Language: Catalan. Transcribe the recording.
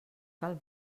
cal